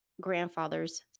grandfather's